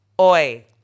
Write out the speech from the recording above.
oi